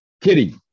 Kitty